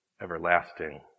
everlasting